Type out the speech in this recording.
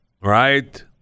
Right